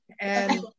And-